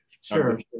Sure